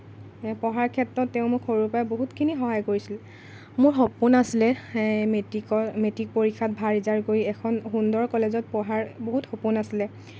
পঢ়াৰ ক্ষেত্ৰত তেওঁ মোক সৰুৰ পৰা বহুতখিনি সহায় কৰিছিল মোৰ সপোন আছিলে মেট্ৰিকত মেট্ৰিক পৰীক্ষাত ভাল ৰিজাল্ট কৰি এখন সুন্দৰ কলেজত পঢ়াৰ বহুত সপোন আছিলে